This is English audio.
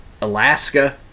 Alaska